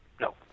No